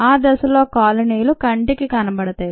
ఆ దశలో కాలనీలు కంటికి కనబడుతాయి